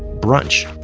brunch,